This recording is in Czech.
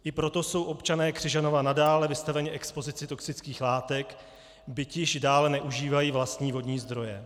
I proto jsou občané Křižanova nadále vystaveni expozici toxických látek, byť již dále neužívají vlastní vodní zdroje.